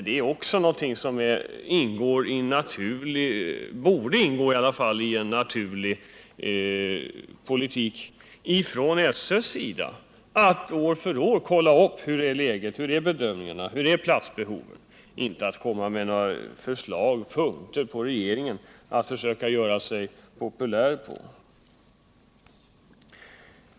Men borde det inte ingå som en naturlig del i SÖ:s politik att år för år följa också platsbehovet? Detta skall väl inte tas upp som en punkt, som regeringen kan försöka göra sig populär på.